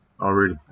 Already